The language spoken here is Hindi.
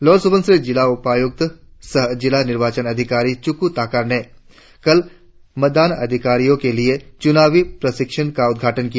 लोअर सुबनसिरी जिले उपायुक्त सह जिला निर्वाचन अधिकारी चुकू ताकार ने कल मतदान अधिकारियो के लिए चुनावी प्रशिक्षण का उद्घाटन किया